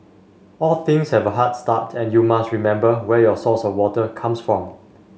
all things have a hard start and you must remember where your source of water comes from